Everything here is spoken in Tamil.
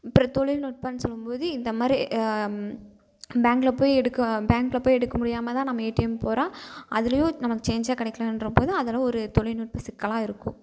அப்புறம் தொழில்நுட்பன்னு சொல்லும்போது இந்த மாதிரி பேங்க்கில் போய் எடுக்க பேங்க்கில் போய் எடுக்க முடியாமல் தான் நம்ம ஏடிஎம் போகிறோம் அதுலேயும் நமக்கு சேஞ்சாக கிடைக்கிலன்றபோது அதெல்லாம் ஒரு தொழில்நுட்ப சிக்கலாக இருக்கும்